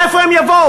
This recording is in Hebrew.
מאיפה הם יבואו?